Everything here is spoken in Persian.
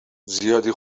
زیادی